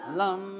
lum